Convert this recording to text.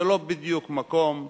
זה לא בדיוק מקום,